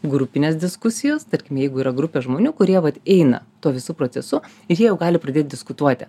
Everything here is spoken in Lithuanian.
grupinės diskusijos tarkim jeigu yra grupė žmonių kurie vat eina tuo visu procesu ir jie jau gali pradėt diskutuoti